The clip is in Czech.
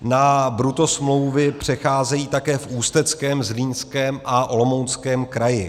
Na brutto smlouvy přecházejí také v Ústeckém, Zlínském a Olomouckém kraji.